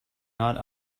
not